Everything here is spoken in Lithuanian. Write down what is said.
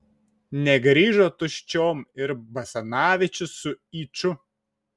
negrįžo tuščiom ir basanavičius su yču